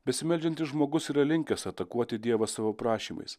besimeldžiantis žmogus yra linkęs atakuoti dievą savo prašymais